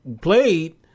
played